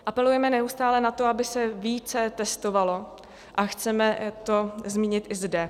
Apelujeme neustále na to, aby se více testovalo, a chceme to zmínit i zde.